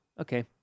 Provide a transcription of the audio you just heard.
Okay